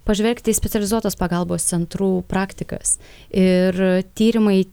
pažvelgti į specializuotos pagalbos centrų praktikas ir tyrimai